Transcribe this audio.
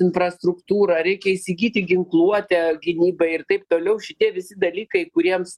infrastruktūrą reikia įsigyti ginkluotę gynybai ir taip toliau šitie visi dalykai kuriems